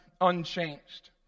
unchanged